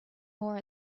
more